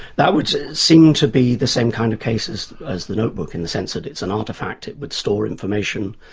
that would seem to be the same kind of cases as the notebook in the sense that it's an artefact, it would store information,